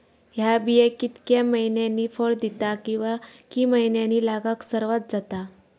हया बिया कितक्या मैन्यानी फळ दिता कीवा की मैन्यानी लागाक सर्वात जाता?